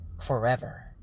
forever